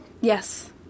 Yes